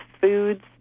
foods